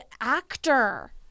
actor